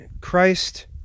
Christ